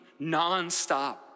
nonstop